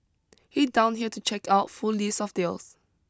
and now finally we're seeing that come back again